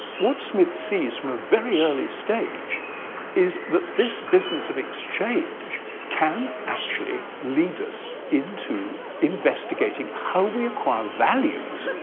what smith sees from a very early stage is that this business of exchange can actually lead us into investigating how we acquire values,